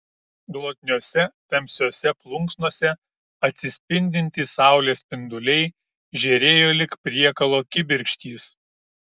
glotniose tamsiose plunksnose atsispindintys saulės spinduliai žėrėjo lyg priekalo kibirkštys